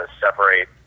separate